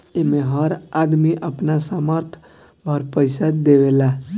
एमे हर आदमी अपना सामर्थ भर पईसा देवेला